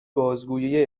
بازگویه